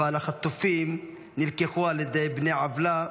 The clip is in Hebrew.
אבל החטופים נלקחו על ידי בני עוולה.